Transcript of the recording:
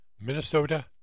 Minnesota